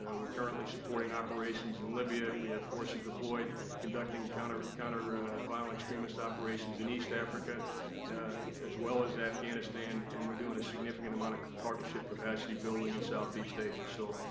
ah we're currently supporting operations in libya. we have forces deployed conducting counter, counter violent extremist operations in east africa as well as afghanistan and we're doing a significant amount of partnership capacity-building in southeast asia. so,